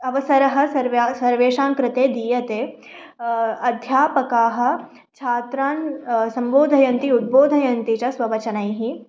अवसरः सर्वा सर्वेषां कृते दीयते अध्यापकाः छात्रान् सम्बोधयन्ति उद्बोधयन्ति च स्ववचनैः